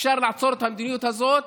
שאפשר לעצור את המדיניות הזאת,